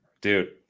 Dude